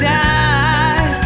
die